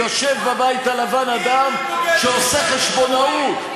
יושב בבית הלבן אדם שעושה חשבונאות,